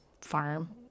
farm